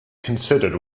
considered